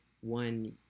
one